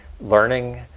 learning